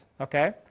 okay